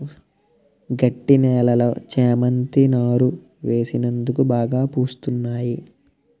గట్టి నేలలో చేమంతి నారు వేసినందుకే బాగా పూస్తున్నాయి